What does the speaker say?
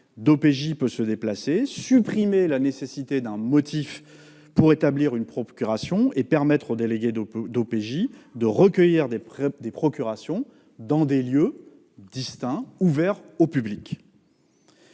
peut se déplacer, supprimer la nécessité d'un motif pour établir une procuration et permettre à ces délégués de recueillir des procurations dans des lieux ouverts au public.